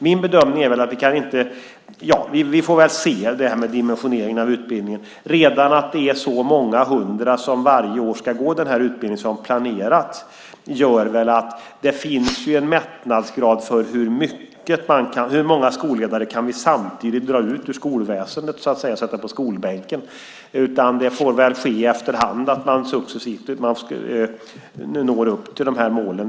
Vi får väl se hur det blir med dimensioneringen av utbildningen. Redan att det är så många hundra som varje år planeras gå den här utbildningen gör väl att det finns en mättnadsgrad för hur många skolledare vi samtidigt så att säga kan dra ut ur skolväsendet och sätta på skolbänken. Man får väl successivt nå upp till målen.